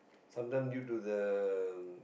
sometime due to the